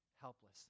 helpless